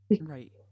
Right